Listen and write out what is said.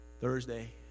Thursday